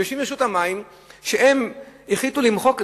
ויושבים ברשות המים, הם החליטו למחוק.